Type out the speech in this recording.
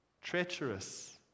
treacherous